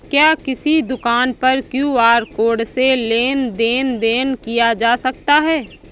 क्या किसी दुकान पर क्यू.आर कोड से लेन देन देन किया जा सकता है?